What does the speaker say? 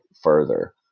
further